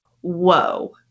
Whoa